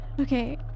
Okay